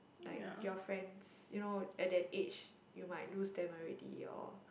like your friends you know at that age you might lose them already your